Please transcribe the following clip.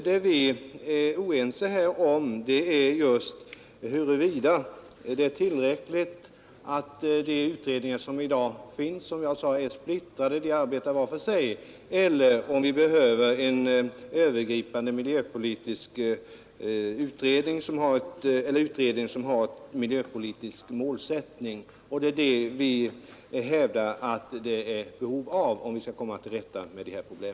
Vad vi är oense om är huruvida det räcker med de utredningar som nu arbetar — som jag sade är de splittrade och arbetar var för sig — eller om vi behöver en övergripande utredning med miljöpolitisk målsättning. Vi hävdar att det finns ett behov av en sådan utredning, om vi skall kunna komma till rätta med dessa problem.